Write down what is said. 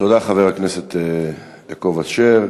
תודה, חבר הכנסת יעקב אשר.